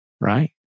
right